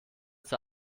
zur